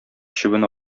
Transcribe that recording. чебен